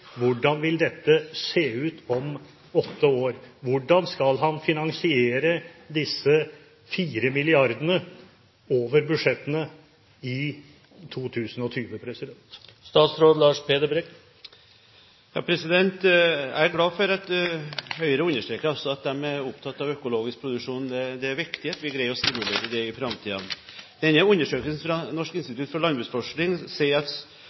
hvordan vil dette se ut om åtte år? Hvordan skal han finansiere disse 4 mrd. kr over budsjettene i 2020? Jeg er glad for at Høyre understreker at de er opptatt av økologisk produksjon. Det er viktig at vi greier å stimulere til det i framtiden. I undersøkelsen fra Norsk